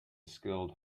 skilled